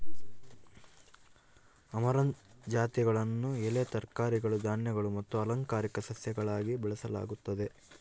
amaranth ಜಾತಿಗಳನ್ನು ಎಲೆ ತರಕಾರಿಗಳು ಧಾನ್ಯಗಳು ಮತ್ತು ಅಲಂಕಾರಿಕ ಸಸ್ಯಗಳಾಗಿ ಬೆಳೆಸಲಾಗುತ್ತದೆ